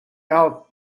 out